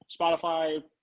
Spotify